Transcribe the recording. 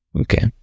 Okay